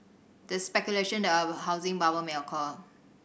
there is speculation that a housing bubble may occur